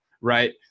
right